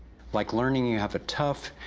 like learning you have a tough,